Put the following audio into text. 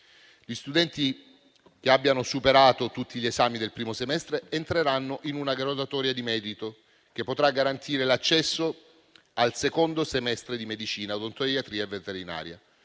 Gli studenti che abbiano superato tutti gli esami del primo semestre entreranno in una graduatoria di merito, che potrà garantire l'accesso al secondo semestre di medicina, odontoiatria e veterinaria.